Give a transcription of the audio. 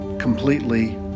completely